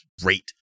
great